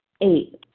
Eight